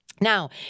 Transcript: Now